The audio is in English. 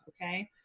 okay